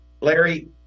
larry